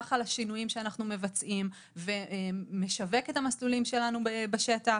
שבירך על השינויים שאנחנו מבצעים ומשווק את המסלולים שלנו בשטח.